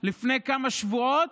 לפני כמה שבועות.